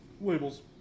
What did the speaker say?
labels